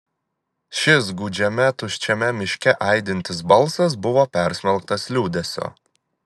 šis gūdžiame tuščiame miške aidintis balsas buvo persmelktas liūdesio